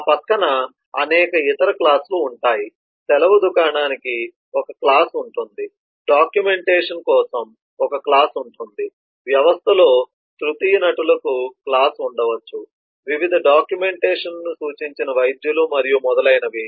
ఆ పక్కన అనేక ఇతర క్లాస్ లు ఉంటాయి సెలవు నిర్వహణ వ్యవస్థకి ఒక క్లాస్ ఉంటుంది డాక్యుమెంటేషన్ కోసం ఒక క్లాస్ ఉంటుంది వ్యవస్థలో తృతీయ నటులకు క్లాస్ ఉండవచ్చు వివిధ డాక్యుమెంటేషన్ సూచించిన వైద్యులు మరియు మొదలైనవి